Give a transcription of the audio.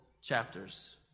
chapters